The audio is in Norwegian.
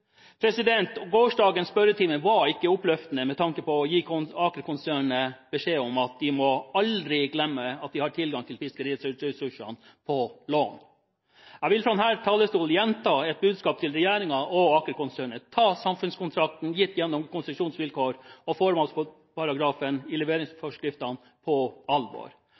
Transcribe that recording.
Gårsdagens spørretime var ikke oppløftende med tanke på å gi Aker-konsernet beskjed om at de aldri må glemme at de har tilgang til fiskeressursene på lån. Jeg vil fra denne talerstolen gjenta et budskap til regjeringen og Aker-konsernet: Ta samfunnskontrakten – gitt gjennom konsesjonsvilkår – og formålsparagrafen i leveringsforskriftene på alvor!